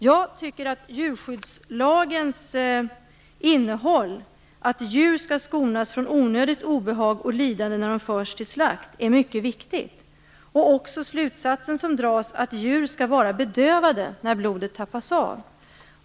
Jag tycker att djurskyddslagens innehåll, att djur skall skonas från onödigt obehag och lidande när de förs till slakt, är mycket viktigt, liksom slutsatsen att djur skall vara bedövade när blodet tappas av.